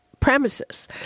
Premises